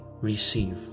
receive